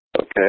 Okay